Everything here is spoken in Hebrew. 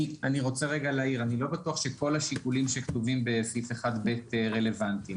אני רוצה להעיר: אני לא בטוח שכל השיקולים שכתובים בסעיף 1ב רלוונטיים.